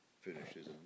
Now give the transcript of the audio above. finishes